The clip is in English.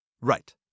Right